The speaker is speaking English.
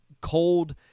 cold